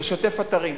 לשתף אתרים: